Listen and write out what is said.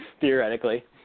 theoretically